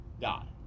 God